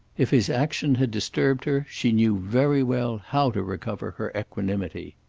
if his action had disturbed her she knew very well how to recover her equanimity.